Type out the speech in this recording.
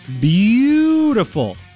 Beautiful